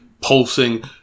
pulsing